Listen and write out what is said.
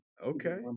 Okay